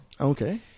Okay